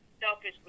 selfishly